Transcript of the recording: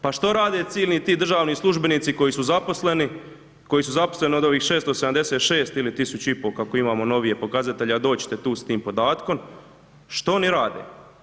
Pa što rade silni ti državni službenici koji su zaposleni, koji su zaposleni od ovih 676 ili 1500, kako imamo novije pokazatelje, a doći ćete tu s tim podatkom, što oni rade?